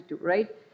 right